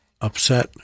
upset